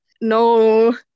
no